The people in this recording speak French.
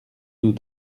nous